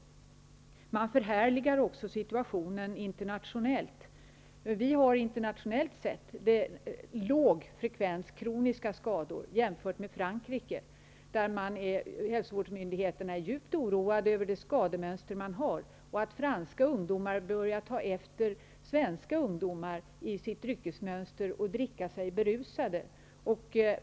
Man förhärligar också situationen internationellt. Vi har internationellt sett låg frekvens kroniska skador jämfört med Frankrike, där hälsovårdsmyndigheterna är djupt oroade över det skademönster man har och över att franska ungdomar börjar ta efter svenska ungdomar i sitt drykesmönster och dricka sig berusade.